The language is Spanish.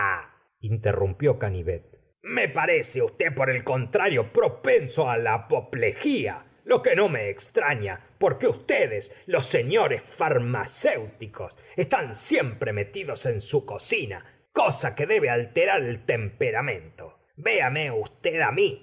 bah interrumpió canivet me parece usted por el contrario propenso á la apoplegia lo que no me extraña porque ustedes los señores farmacéuticos están siempre metidos en su cocina cosa que debe alterar el temperamento véame usted á mi